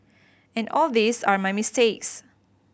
and all these are my mistakes